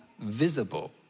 visible